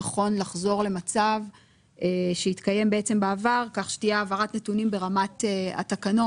נכון לחזור למצב שהתקיים בעבר כך שתהיה העברת נתונים ברמת התקנות,